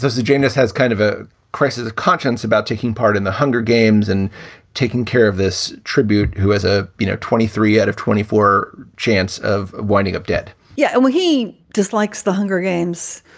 the genius has kind of a crisis of conscience about taking part in the hunger games and taking care of this tribute. who has a, you know, twenty three out of twenty four chance of winding up dead? yeah, and he just like the hunger games.